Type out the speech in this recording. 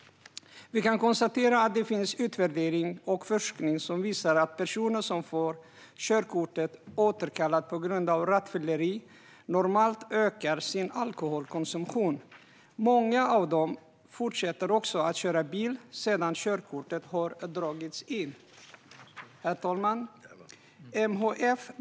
Vi kan konstatera att det finns utvärderingar och forskning som visar att personer som får körkortet återkallat på grund av rattfylleri normalt ökar sin alkoholkonsumtion. Många av dem fortsätter också att köra bil sedan körkortet har dragits in. Herr talman!